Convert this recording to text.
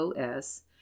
OS